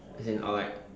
as in or like